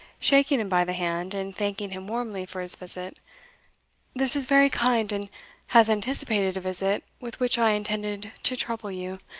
shaking him by the hand, and thanking him warmly for his visit this is very kind, and has anticipated a visit with which i intended to trouble you.